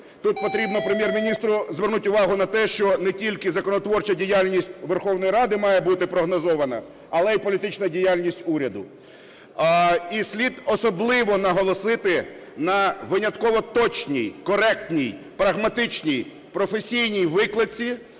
Тут потрібно Прем’єр-міністру звернути увагу на те, що не тільки законотворча діяльність Верховної Ради має бути прогнозована, але й політична діяльність уряду. І слід особливо наголосити на винятково точній коректній прагматичній професійній викладці